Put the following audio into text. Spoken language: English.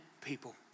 people